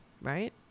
right